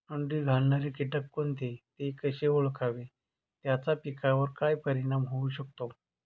अंडी घालणारे किटक कोणते, ते कसे ओळखावे त्याचा पिकावर काय परिणाम होऊ शकतो?